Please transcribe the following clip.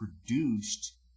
produced